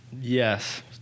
Yes